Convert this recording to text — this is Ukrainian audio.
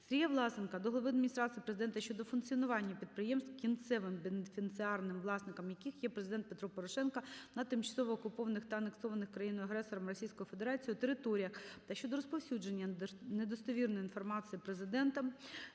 Сергія Власенка до глави Адміністрації Президента щодо функціонування підприємств, кінцевим бенефіціарним власником яких є Президент Петро Порошенко, на тимчасово окупованих та анексованих країною-агресором Російською Федерацією територіях та щодо розповсюдження недостовірної інформації Президентом